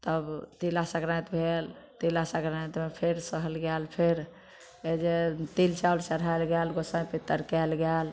तब तिलासङ्क्रान्ति भेल तिलासङ्क्रान्तिमे फेर सहल गेल फेर जे तिल चाउर चढ़ाएल गेल गोसाइ पितर कएल गेल